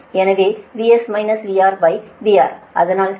எனவே VS VRVR அதனால் VR இன் மக்னிடியுடு 10